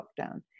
lockdown